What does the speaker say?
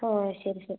ഓ ശരി ശരി